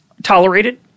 Tolerated